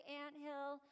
anthill